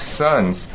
sons